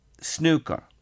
snooker